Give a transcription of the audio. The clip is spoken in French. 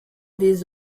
des